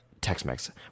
Tex-Mex